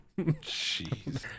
Jeez